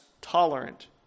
tolerant